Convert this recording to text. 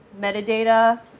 metadata